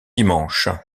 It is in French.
dimanche